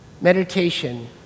meditation